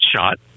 shot